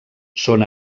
són